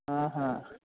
ఆహ